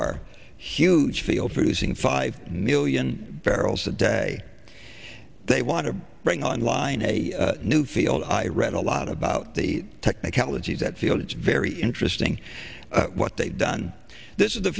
are huge field producing five million barrels a day they want to bring on line a new field i read a lot about the technicalities that feel it's very interesting what they've done this is the